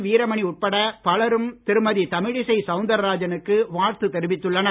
வீரமணி உட்பட பலரும் திருமதி தமிழிசை சவுந்தாராஜனுக்கு வாழ்த்து தெரிவித்துள்ளனர்